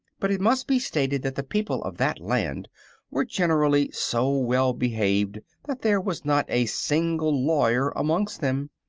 but it must be stated that the people of that land were generally so well-behaved that there was not a single lawyer amongst them,